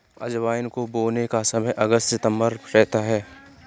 अजवाइन को बोने का समय अगस्त सितंबर रहता है